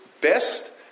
best